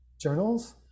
journals